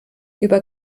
über